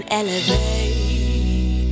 elevate